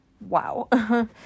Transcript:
wow